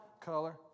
color